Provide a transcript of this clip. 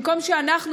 במקום שאנחנו,